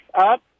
up